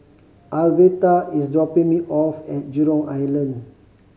Alverta is dropping me off at Jurong Island